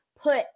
put